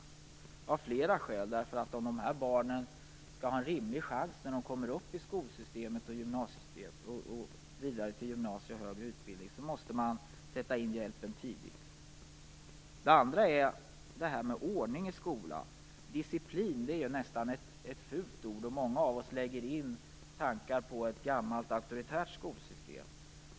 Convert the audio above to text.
Skälen till detta är flera, därför att om de här barnen skall ha en rimlig chans när de kommer upp i skolsystemet och går vidare till gymnasium och högre utbildning måste hjälpen sättas in tidigt. Det andra är detta med ordning i skolan. Disciplin har nästan blivit ett fult ord. Många av oss lägger i begreppet in tankar på ett gammalt auktoritärt skolsystem.